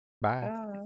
Bye